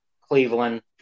Cleveland